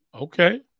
Okay